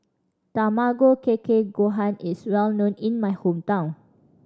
Tamago Kake Gohan is well known in my hometown